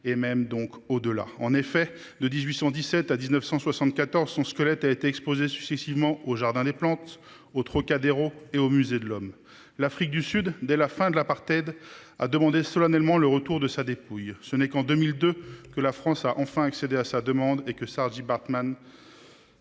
et même au-delà. En effet, de 1817 à 1974, son squelette a été exposé successivement au jardin des plantes, au Trocadéro et au musée de l'Homme. L'Afrique du Sud, dès la fin de l'apartheid, a demandé solennellement le retour de sa dépouille. Ce n'est qu'en 2002 que la France a enfin accédé à sa demande et que Saartjie Baartman